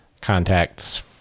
contacts